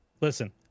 Listen